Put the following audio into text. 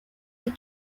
die